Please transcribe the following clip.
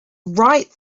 right